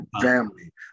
family